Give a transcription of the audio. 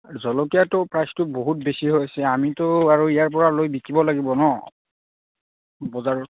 জলকীয়াটোৰ প্ৰাইজটো বহুত বেছি হৈছে আমিতো আৰু ইয়াৰ পৰা লৈ বিকিব লাগিব ন' বজাৰত